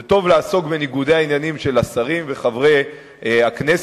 זה טוב לעסוק בניגודי העניינים של השרים וחברי הכנסת,